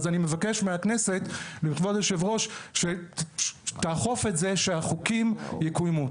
אני מבקש מהכנסת ומכבוד היושב-ראש לאכוף שהחוקים יקוימו.